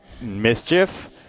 mischief